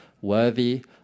worthy